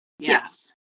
Yes